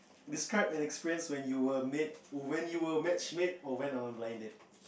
describe and experience when you were made or when you were match mate or when on a blind date